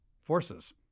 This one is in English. forces